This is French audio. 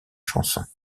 chanson